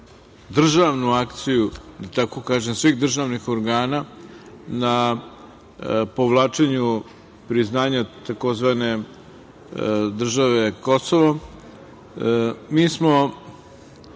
državnu akciju, da tako kažem, svih državnih organa na povlačenju priznanja tzv. države Kosovo, mi smo